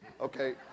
Okay